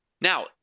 Now